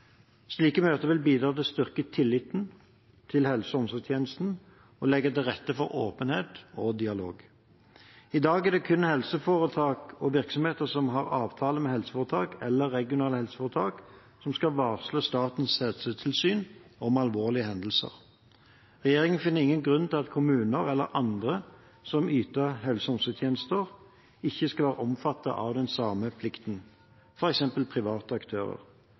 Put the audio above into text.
Slike møter vil bidra til å styrke tilliten til helse- og omsorgstjenesten og legge til rette for åpenhet og dialog. I dag er det kun helseforetak og virksomheter som har avtale med helseforetak eller regionale helseforetak, som skal varsle Statens helsetilsyn om alvorlige hendelser. Regjeringen finner ingen grunn til at kommuner eller andre som yter helse- og omsorgstjenester ikke skal være omfattet av den samme plikten, f.eks. private aktører.